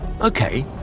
Okay